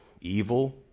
evil